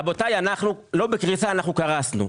רבותיי, אנחנו לא בקריסה, אנחנו קרסנו.